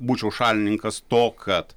būčiau šalininkas to kad